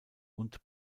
und